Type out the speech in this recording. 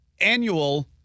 annual